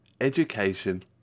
education